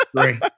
Three